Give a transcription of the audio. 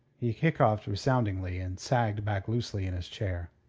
he hiccoughed resoundingly, and sagged back loosely in his chair.